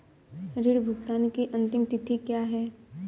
ऋण भुगतान की अंतिम तिथि क्या है?